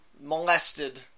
molested